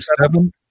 Seven